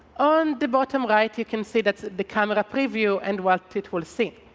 on the bottom right you can see that the camera preview and what it will see.